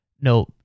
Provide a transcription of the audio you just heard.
No